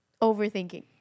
overthinking